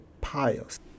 piles